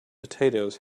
potatoes